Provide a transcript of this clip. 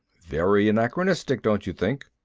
very anachronistic, don't you think?